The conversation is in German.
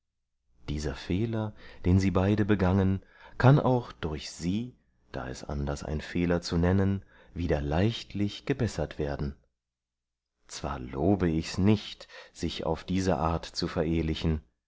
dieser fehler den sie beide begangen kann auch durch sie da es anders ein fehler zu nennen wieder leichtlich gebessert werden zwar lobe ichs nicht sich auf diese art zu verehlichen